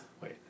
wait